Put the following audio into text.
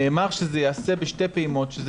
נאמר שזה ייעשה בשתי פעימות.